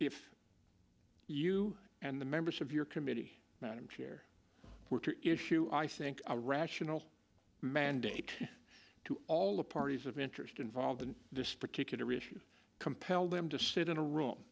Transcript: if you and the members of your committee madam chair were to issue i think a rational mandate to all the parties of interest involved in this particular issue compel them to sit in a room